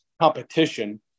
competition